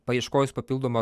paieškojus papildomų